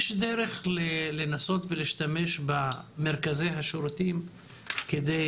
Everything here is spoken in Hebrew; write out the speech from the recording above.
צריך לחשוב על דרך לנסות ולהשתמש במרכזי השירותים כדי